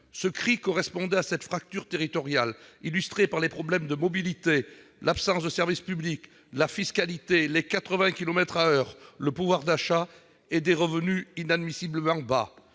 Ce cri correspondait à la fracture territoriale illustrée par les problèmes de mobilité, l'absence de services publics, la fiscalité, les 80 kilomètres à l'heure, le pouvoir d'achat et des revenus « inadmissiblement » bas.